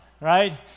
right